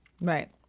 Right